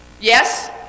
Yes